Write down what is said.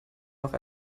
noch